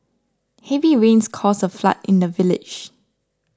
heavy rains caused a flood in the village